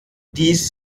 dies